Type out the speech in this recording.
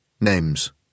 Names